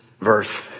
verse